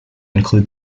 include